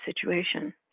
situation